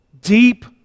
deep